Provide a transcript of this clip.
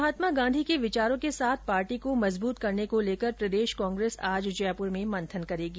महात्मा गांधी के विचारों के साथ पार्टी को मजबूत करने को लेकर प्रदेश कांग्रेस आज जयपुर में मंथन करेगी